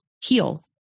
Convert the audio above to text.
heal